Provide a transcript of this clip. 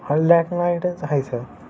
आणि लॅक लाईटच आहे सर